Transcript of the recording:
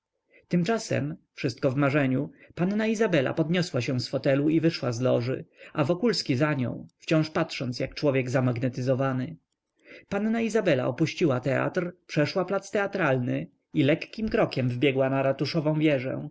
aż tak głupi tymczasem wszystko w marzeniu panna izabela podniosła się z fotelu i wyszła z loży a wokulski za nią wciąż patrząc jak człowiek zamagnetyzowany panna izabela opuściła teatr przeszła plac teatralny i lekkim krokiem wbiegła na ratuszową wieżę